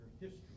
history